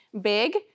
big